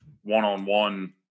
one-on-one